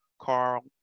Carl